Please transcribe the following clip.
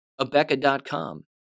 Abeka.com